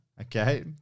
Okay